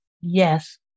Yes